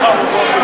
700 מיליון שקל,